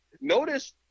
notice